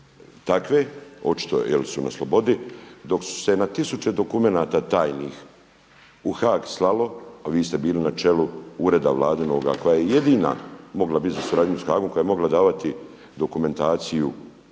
takve očito jer su na slobodi, dok su se na tisuće dokumenata tajnih u Haag slalo a vi ste bili na čelu ureda vladinoga koja je jedina mogla bit za suradnju sa Haagom, koja je mogla davati dokumentaciju.